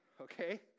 okay